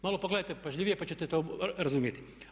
Malo pogledajte pažljivije, pa ćete to razumjeti.